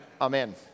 Amen